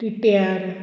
टिट्यार